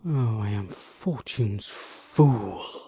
o, i am fortune's fool!